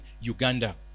uganda